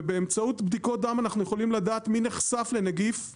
ובאמצעות בדיקות דם אנחנו יכולים לדעת מי נחשף לנגיף שדה,